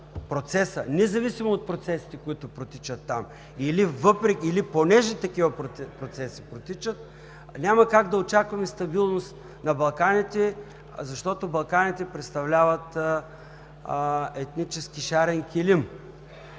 процеса, независимо от процесите, които протичат там, или въпреки, или понеже такива процеси протичат, няма как да очакваме стабилност на Балканите, защото Балканите представляват етнически шарен килим.